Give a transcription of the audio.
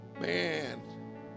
Man